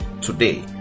today